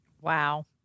Wow